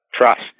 Trust